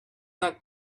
not